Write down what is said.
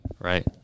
Right